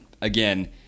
again